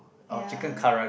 ya